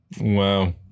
Wow